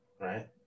right